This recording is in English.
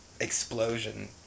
explosion